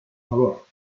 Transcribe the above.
favor